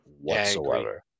whatsoever